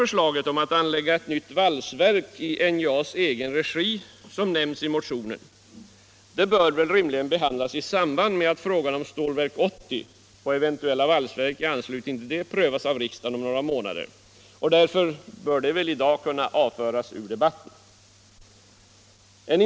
Förslaget om anläggande av ett nytt valsverk i NJA:s egen regi, som nämns i motionen, bör väl rimligen behandlas i samband med att frågan om Stålverk 80 och eventuella valsverk i anslutning därtill prövas av riksdagen om några månader, och därför bör det förslaget i dag kunna avföras från debatten.